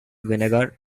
vinegar